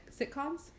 sitcoms